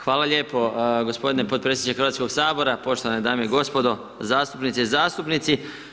Hvala lijepo g. potpredsjedniče Hrvatskog sabora, poštovane dame i gospodo, zastupnice i zastupnici.